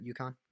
UConn